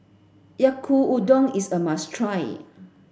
Yaki Udon is a must try